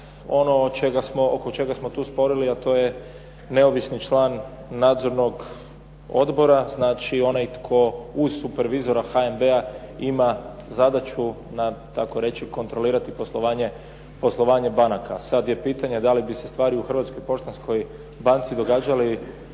ono oko čega smo tu sporili a to je neovisni član nadzornog odbora, znači onaj tko uz supervizora HNB-a ima zadaću tako reći kontrolirati poslovanje banaka. Sad je pitanje da li bi se stvari u Hrvatskoj poštanskoj banci događale